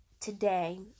today